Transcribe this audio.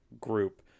group